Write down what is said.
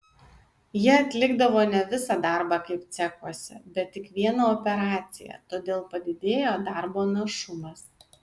jie atlikdavo ne visą darbą kaip cechuose bet tik vieną operaciją todėl padidėjo darbo našumas